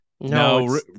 No